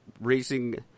racing